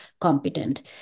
competent